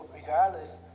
regardless